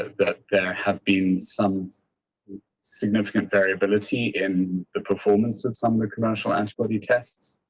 that have bean some significant variability in the performance of some of the commercial antibody tests.